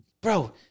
Bro